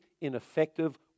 ineffective